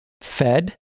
fed